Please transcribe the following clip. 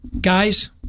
Guys